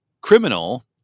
criminal